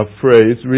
phrase